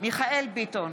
מיכאל מרדכי ביטון,